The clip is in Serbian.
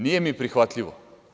Nije mi prihvatljivo.